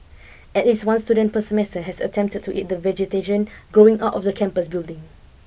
at least one student per semester has attempted to eat the vegetation growing out of the campus building